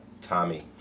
Tommy